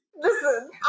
Listen